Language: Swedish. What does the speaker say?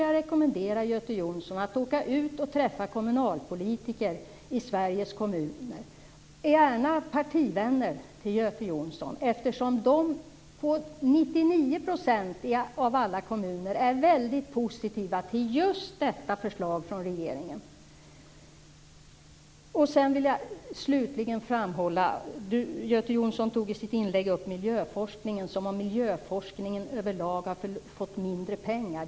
Jag rekommenderar Göte Jonsson att åka ut och träffa kommunalpolitiker i Sveriges kommuner - gärna partivänner till Göte Jonsson. I 99 % av alla kommuner är de nämligen väldigt positiva till just detta förslag från regeringen. Slutligen vill jag framhålla en annan sak. Göte Jonsson tog i sitt inlägg upp miljöforskningen som om den över lag hade fått mindre pengar.